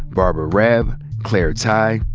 barbara raab, clair tighe,